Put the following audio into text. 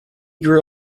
grew